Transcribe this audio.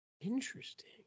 Interesting